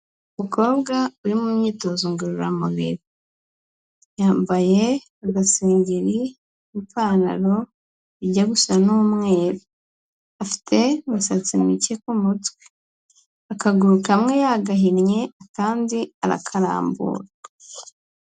Umukobwa uri mu myitozo ngororamubiri, yambaye agasengeri n'ipantaro ijya gusa n'umweru, afite imisatsi mike ku mutwe, akaguru kamwe yagahinnye akandi arakarambura.